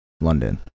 London